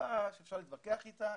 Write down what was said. סיבה שאפשר להתווכח איתה,